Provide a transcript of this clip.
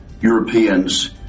Europeans